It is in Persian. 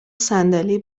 صندلی